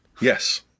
Yes